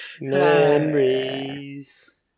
Memories